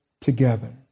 together